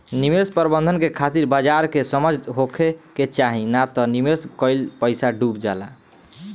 निवेश प्रबंधन के खातिर बाजार के समझ होखे के चाही नात निवेश कईल पईसा डुब जाला